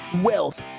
wealth